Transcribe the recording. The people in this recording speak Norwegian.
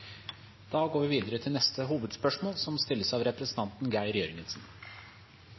Da går vi videre til neste hovedspørsmål.